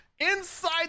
Inside